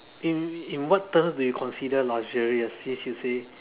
in in what terms do you consider luxurious since you say